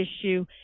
issue